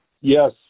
Yes